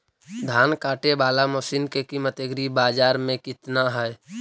धान काटे बाला मशिन के किमत एग्रीबाजार मे कितना है?